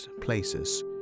places